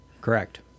Correct